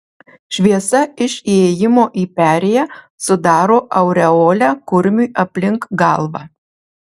šviesa iš įėjimo į perėją sudaro aureolę kurmiui aplink galvą